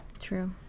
true